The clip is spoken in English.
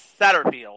Satterfield